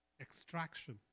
Extraction